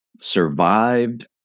survived